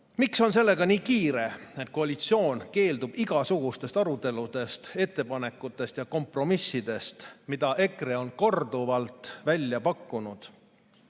Miks on sellega nii kiire, et koalitsioon keeldub igasugustest aruteludest, ettepanekutest ja kompromissidest, mida EKRE on korduvalt välja pakkunud?